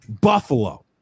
Buffalo